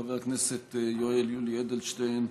חבר הכנסת יואל יולי אדלשטיין,